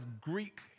Greek